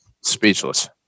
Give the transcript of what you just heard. Speechless